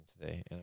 today